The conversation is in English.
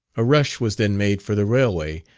a rush was then made for the railway,